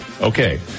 okay